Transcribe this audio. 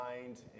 mind